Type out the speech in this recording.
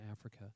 Africa